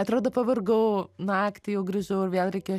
atrodo pavargau naktį jau grįžau ir vėl reikėjo